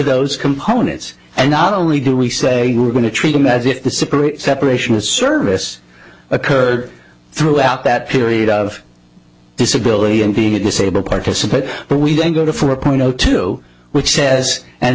those components and not only do we say we're going to treat them as if the separate separation of service occurred throughout that period of disability and being a disabled participant but we don't go to four point zero two which says and